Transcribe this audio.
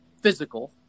physical